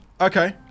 Okay